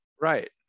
Right